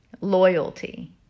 Loyalty